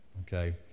okay